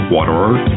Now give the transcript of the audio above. Waterer